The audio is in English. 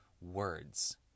words